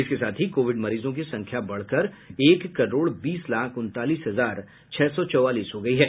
इसके साथ ही कोविड मरीजों की संख्या बढ़कर एक करोड़ बीस लाख उनतालीस हजार छह सौ चौवालीस हो गई है